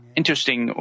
interesting